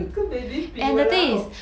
要跟 baby 比 !walao!